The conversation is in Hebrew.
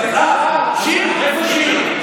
--- שירי, איפה שירי?